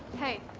hey.